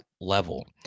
level